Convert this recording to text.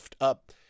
up